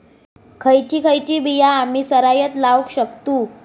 खयची खयची बिया आम्ही सरायत लावक शकतु?